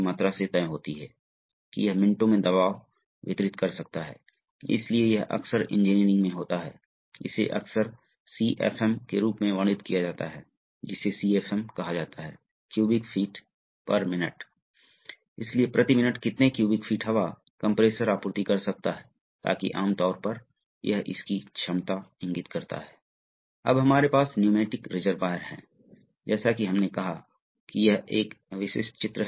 विभिन्न प्रकार के सर्वो वाल्व हैं उदाहरण के लिए आपके पास दो चरण वाल्व हो सकता है सही है तो क्या होता है एक में दो चरण वाल्व में क्या होता है दो में क्योंकि आप हैं आप चाहते हैं विशाल शक्ति को नियंत्रित करना इसलिए अंतिम चरण वाल्व वास्तव में बहुत बड़ा है इसलिए इसके स्पूल को स्थानांतरित करने के लिए भी आपको एक और सर्वो वाल्व की आवश्यकता होती है आप देखते हैं आपको एक एक्ट्यूएटर की आवश्यकता है इसलिए यह पहला चरण है यह पहला चरण है